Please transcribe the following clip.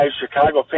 Chicago